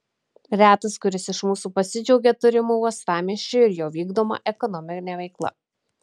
retas kuris iš mūsų pasidžiaugia turimu uostamiesčiu ir jo vykdoma ekonomine veikla